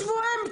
לא שבועיים.